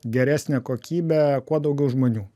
geresnę kokybę kuo daugiau žmonių